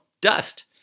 dust